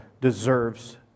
deserves